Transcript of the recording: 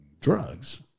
drugs